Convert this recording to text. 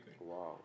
Wow